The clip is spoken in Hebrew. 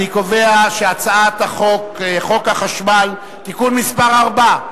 אני קובע שחוק החשמל (תיקון מס' 4),